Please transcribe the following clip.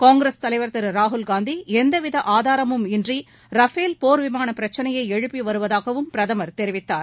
காங்கிரஸ் தலைவர் திரு ராகுல் காந்தி எந்தவித ஆதாரமுமின்றி ரஃபேல் போர்விமான பிரச்சினையை எழுப்பி வருவதாகவும் பிரதமர் தெரிவித்தார்